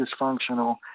dysfunctional